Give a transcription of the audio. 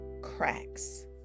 cracks